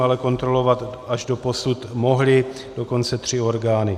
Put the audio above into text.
Ale kontrolovat až doposud mohly dokonce tři orgány.